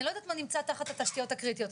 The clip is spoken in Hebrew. אני לא יודעת מה נמצא תחת התשתיות הקריטיות,